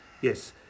yes